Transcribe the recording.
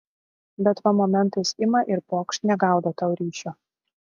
bet va momentais ima ir pokšt negaudo tau ryšio